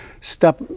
step